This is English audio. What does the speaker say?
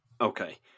Okay